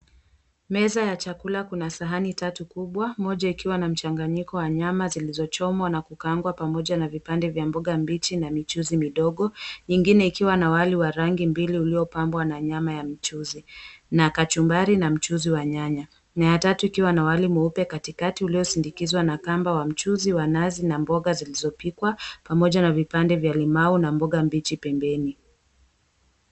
Meza ya chakula. Kuna sahani tatu kubwa, moja akiwa na mchanganyiko wa nyama zilizochomwa na kukaangwa pamoja na vipande vya mboga mbichi na michuzi midogo. Nyingine ikiwa na wali wa rangi mbili uliopambwa na nyama ya mchuzi na kachumbari na mchuzi wa nyanya. Na ya tatu ikiwa na wali mweupe katikati uliosindikizwa na kamba wa mchuzi wa nazi na mboga zilizopikwa, pamoja na vipande vya limau na mboga mbichi pembeni.